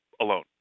alone